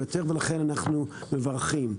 לכן אנחנו מברכים.